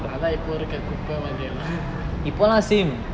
அதான் இப்ப இருக்க குப்ப மாதிரி எல்லாம்:ippe irukke kuppe maathiri ellaam